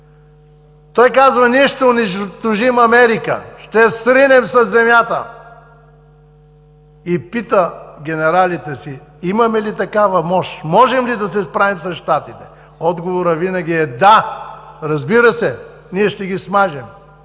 Той казва: „Ние ще унищожим Америка, ще я сринем със земята“. Пита генералите си: „Имаме ли такава мощ? Можем ли да се справим с Щатите?“. Отговорът винаги е: „Да, разбира се, ние ще ги смажем“.